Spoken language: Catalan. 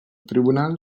tribunal